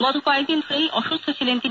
গত কয়েকদিন ধরেই অসুস্হ ছিলেন তিনি